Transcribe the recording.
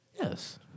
Yes